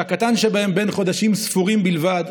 שהקטן שבהם בין חודשים ספורים בלבד,